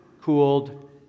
cooled